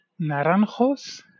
naranjos